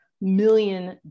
million